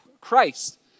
Christ